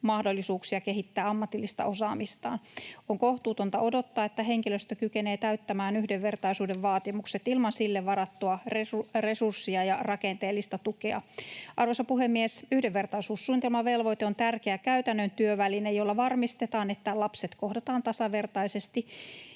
mahdollisuuksia kehittää ammatillista osaamistaan. On kohtuutonta odottaa, että henkilöstö kykenee täyttämään yhdenvertaisuuden vaatimukset ilman niille varattua resurssia ja rakenteellista tukea. Arvoisa puhemies! Yhdenvertaisuussuunnitelmavelvoite on tärkeä käytännön työväline, jolla varmistetaan, että lapset kohdataan tasavertaisesti